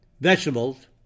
vegetables